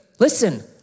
Listen